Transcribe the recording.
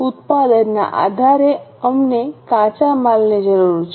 ઉત્પાદનના આધારે અમને કાચા માલની જરૂર છે